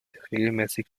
regelmäßig